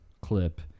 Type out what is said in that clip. clip